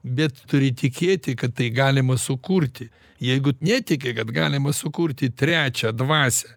bet turi tikėti kad tai galima sukurti jeigu netiki kad galima sukurti trečią dvasią